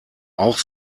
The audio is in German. auch